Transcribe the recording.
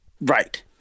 right